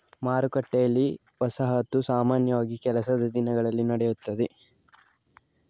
ಮಾರುಕಟ್ಟೆಯಲ್ಲಿ, ವಸಾಹತು ಸಾಮಾನ್ಯವಾಗಿ ಕೆಲಸದ ದಿನಗಳಲ್ಲಿ ನಡೆಯುತ್ತದೆ